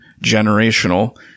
generational